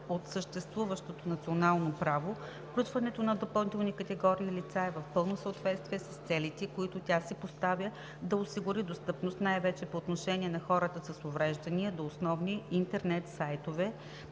от съществуващото национално право, включването на допълнителни категории лица е в пълно съответствие с целите, които тя си поставя да осигури – достъпност, най-вече по отношение на хората с увреждания, до основни интернет сайтове,